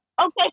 Okay